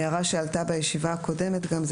הערה שעלתה בישיבה הקודמת גם,